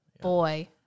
Boy